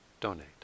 donate